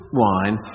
wine